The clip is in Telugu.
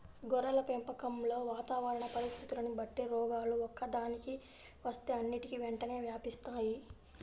గొర్రెల పెంపకంలో వాతావరణ పరిస్థితులని బట్టి రోగాలు ఒక్కదానికి వస్తే అన్నిటికీ వెంటనే వ్యాపిస్తాయి